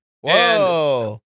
Whoa